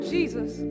Jesus